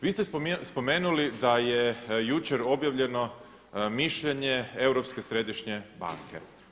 Vi ste spomenuli da je jučer objavljeno mišljenje Europske središnje banke.